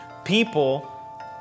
people